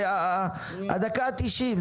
זה הדקה ה-90,